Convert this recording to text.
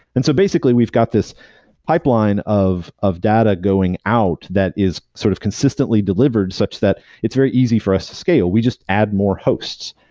and so basically, we've got this pipeline of of data going out that is sort of consistently delivered, such that it's very easy for us to scale. we just add more hosts.